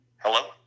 Hello